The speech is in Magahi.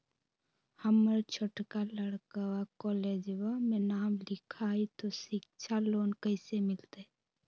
हमर छोटका लड़कवा कोलेजवा मे नाम लिखाई, तो सिच्छा लोन कैसे मिलते?